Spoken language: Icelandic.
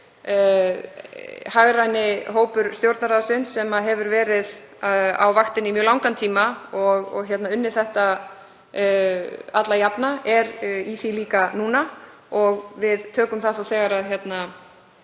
Hagræni hópur Stjórnarráðsins sem hefur verið á vaktinni í mjög langan tíma og unnið þetta alla jafna er að fara yfir það líka núna og við tökum það þá þegar það